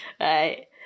right